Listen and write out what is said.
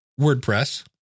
WordPress